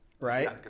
right